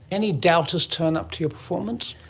any doubters turn up to your performance?